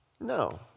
No